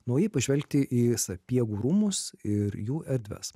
naujai pažvelgti į sapiegų rūmus ir jų erdves